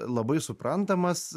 labai suprantamas